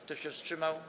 Kto się wstrzymał?